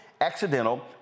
accidental